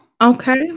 Okay